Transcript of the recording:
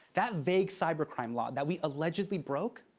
that vague cybercrime law that we allegedly broke,